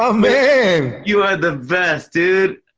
ah man! you are the best, dude.